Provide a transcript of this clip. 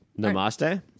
Namaste